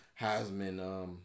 Heisman